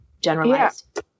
generalized